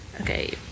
Okay